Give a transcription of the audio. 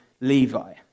Levi